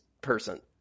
person